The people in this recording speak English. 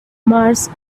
mars